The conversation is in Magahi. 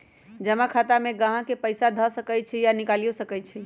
जमा खता में गाहक पइसा ध सकइ छइ आऽ निकालियो सकइ छै